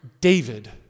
David